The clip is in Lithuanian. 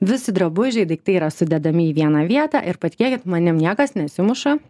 visi drabužiai daiktai yra sudedami į vieną vietą ir patikėkit manim niekas nesimuša